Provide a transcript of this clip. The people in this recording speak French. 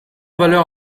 valeur